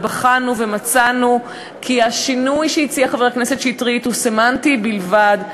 ובחנו ומצאנו כי השינוי שהציע חבר הכנסת שטרית הוא סמנטי בלבד,